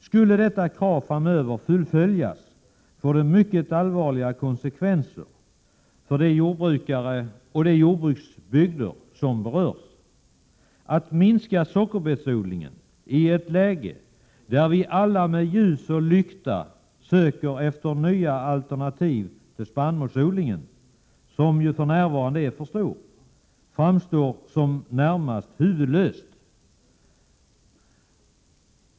Skulle detta krav framöver fullföljas, får det mycket allvarliga konsekvenser för de jordbrukare och jordbruksbygder som berörs. Att minska sockerbetsodlingen i ett läge där vi alla med ljus och lykta söker efter nya alternativ till spannmålsodlingen, som ju är för stor, framstår som närmast huvudlöst.